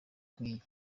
nk’iyi